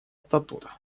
статута